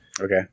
Okay